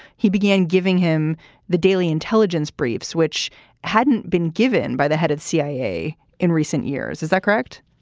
he began giving him the daily intelligence briefs, which hadn't been given by the head of cia in recent years. is that correct?